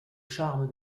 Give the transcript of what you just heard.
charme